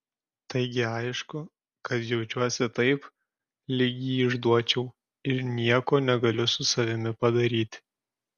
taigi aišku kad jaučiuosi taip lyg jį išduočiau ir nieko negaliu su savimi padaryti